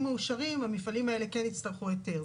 מאושרים המפעלים האלה כן יצטרכו היתר,